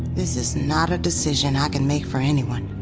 this is not a decision i can make for anyone.